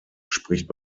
spricht